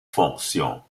fonction